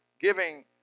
giving